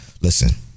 listen